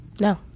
No